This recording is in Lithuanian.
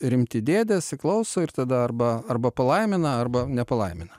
rimti dėdės jie klauso ir tada arba arba palaimina arba nepalaimina